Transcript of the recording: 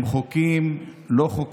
ואתה יודע את זה, לא על הכול אנחנו